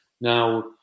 Now